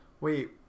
Wait